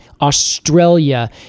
Australia